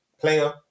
player